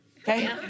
Okay